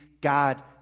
God